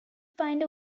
find